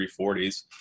340s